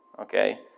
okay